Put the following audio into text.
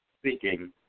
speaking